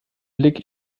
blick